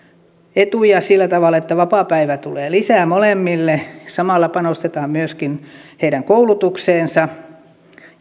etuja sillä tavalla että vapaapäiviä tulee lisää molemmille samalla panostetaan myöskin heidän koulutukseensa